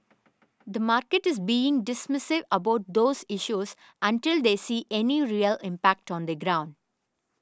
the market is being dismissive about those issues until they see any real impact on the ground